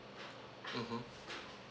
mmhmm